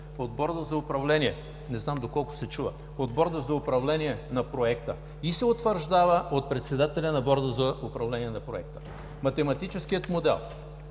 от Борда за управление на проекта и се утвърждава от председателя на Борда за управление на проекта. Математическият модел